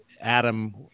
Adam